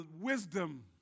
wisdom